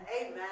Amen